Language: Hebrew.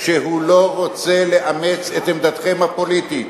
שהוא לא רוצה לאמץ את עמדתכם הפוליטית.